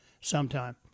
sometime